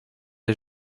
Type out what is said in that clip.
des